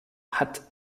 hat